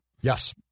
Yes